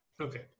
Okay